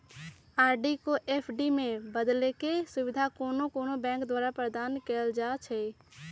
RD को FD में बदलेके सुविधा कोनो कोनो बैंके द्वारा प्रदान कएल जाइ छइ